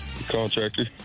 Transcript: Contractor